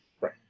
Right